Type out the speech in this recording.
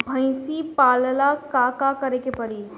भइसी पालेला का करे के पारी?